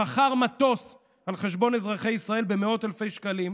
חכר מטוס על חשבון אזרחי ישראל במאות אלפי שקלים,